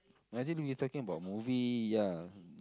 I think we talking about movie ya